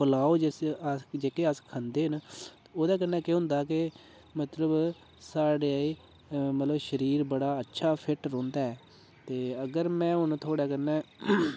पुलाओ जिस जेह्के अस खंदे न ओह्दे कन्नै केह् होंदा के मतलब साढ़े मतलब शरीर बड़ा अच्छा फिट रौंह्दा ऐ ते अगर में हून थोहाड़े कन्नै